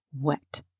wet